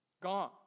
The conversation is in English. Gone